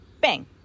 bang